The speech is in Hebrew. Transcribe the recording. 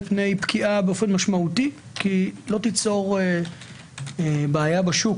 פני פקיעה באופן משמועתי כי היא לא תיצור בעיה בשוק,